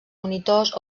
monitors